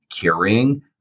Carrying